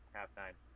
halftime